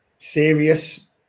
Serious